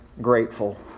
grateful